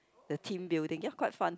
the team building ya quite fun